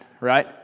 right